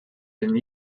been